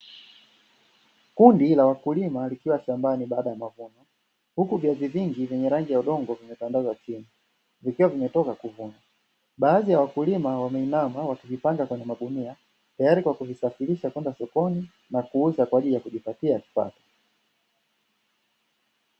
Kundi la wakuliwa likiwa shambani baada ya mavuno, huku viazi vingi vyenye rangi ya udongo vimetandazwa chini, vikiwa vimetoka kuvunwa. Baadhi ya wakulima wameinama wakivipanga kwenye magunia, tayari kwa kuvisafirisha kwenda sokoni na kuuza, kwa ajili ya kujipatia kipato.